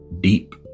deep